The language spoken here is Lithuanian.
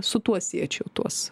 su tuo siečiau tuos